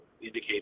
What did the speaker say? indicate